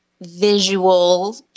visual